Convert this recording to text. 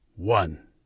One